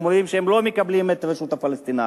אומרים שהם לא מקבלים את הרשות הפלסטינית,